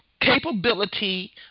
capability